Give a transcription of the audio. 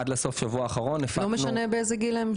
עד לסוף השבוע האחרון --- לא משנה באיזה גיל הם?